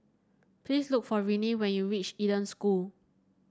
please look for Renee when you reach Eden School